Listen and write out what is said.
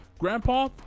Grandpa